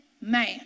man